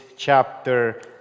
chapter